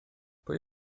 pwy